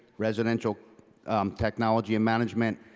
residential technology and management,